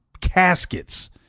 caskets